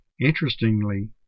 Interestingly